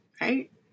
right